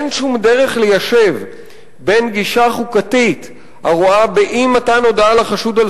אין שום דרך ליישב בין גישה חוקתית הרואה באי-מתן הודעה לחשוד על